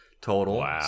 total